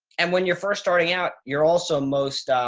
and when you're first starting out, you're also most